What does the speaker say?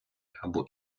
або